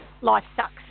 life-sucks